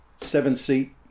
seven-seat